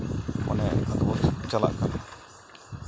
ᱢᱟᱱᱮ ᱪᱟᱞᱟᱜ